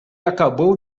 acabou